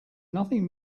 nothing